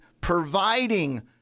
providing